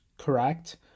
correct